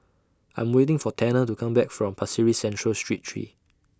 I'm waiting For Tanner to Come Back from Pasir Ris Central Street three